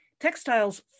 Textile's